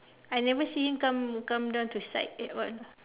I never see him come come down to site at all